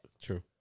True